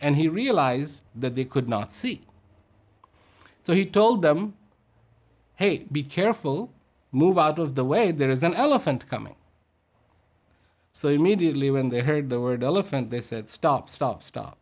and he realized that they could not see so he told them hey be careful move out of the way there is an elephant coming so immediately when they heard the word elephant they said stop stop stop